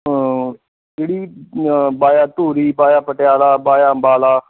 ਜਿਹੜੀ via Dhuri via Patiala via Ambala